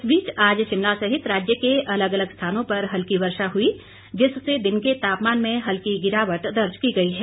इस बीच आज शिमला सहित राज्य के अलग अलग स्थानों पर हल्की वर्षा हई जिससे दिन के तापमान में हल्की गिरावट दर्ज की गई है